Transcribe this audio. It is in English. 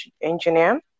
engineer